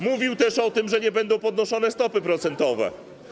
Mówił też o tym, że nie będą podnoszone stopy procentowe.